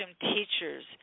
teachers